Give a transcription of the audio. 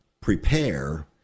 prepare